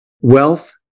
wealth